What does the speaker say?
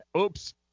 Oops